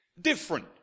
different